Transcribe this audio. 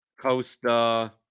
Costa